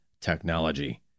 technology